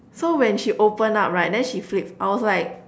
so when she open up right then she flip I was like